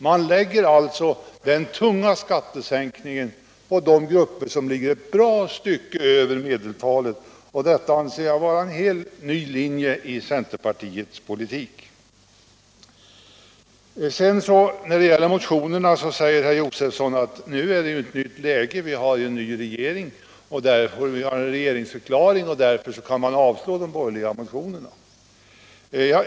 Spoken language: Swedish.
Man lägger alltså den tunga skattesänkningen på de grupper som ligger ett bra stycke över medeltalet. Det anser jag vara en helt ny linje i centerns politik. Herr Josefson säger att vi har ett nytt läge eftersom vi nu har ny regering som avgivit en regeringsförklaring och att man därför kan avslå de borgerliga motionerna.